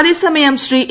അതേസമയം ശ്രീ എ